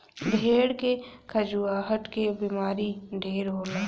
भेड़ के खजुहट के बेमारी ढेर होला